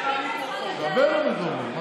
אני מדבר אל המיקרופון.